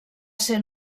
ser